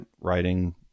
writing